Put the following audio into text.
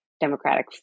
democratic